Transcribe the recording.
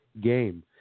game